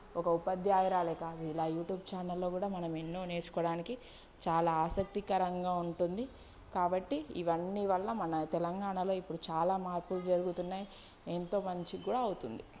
ఒక ఉపాధ్యాయురాలే కాదు ఇలా యూట్యూబ్ ఛానల్లో కూడా మనం ఎన్నో నేర్చుకోవడానికి చాలా ఆసక్తికరంగా ఉంటుంది కాబట్టి ఇవన్నీ వల్ల మన తెలంగాణలో ఇప్పుడు చాలా మార్పులు జరుగుతున్నాయి ఎంతో మంచి కూడా అవుతుంది